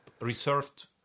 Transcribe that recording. reserved